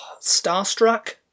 Starstruck